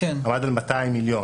עמד על 200 מיליון.